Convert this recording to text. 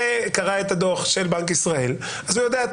קרא את הדוח של בנק ישראל והוא יודע את